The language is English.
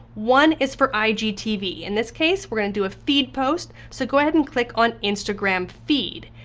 one is for igtv. in this case, we're gonna do a feed post, so go ahead and click on instagram feed.